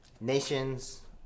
nations